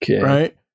right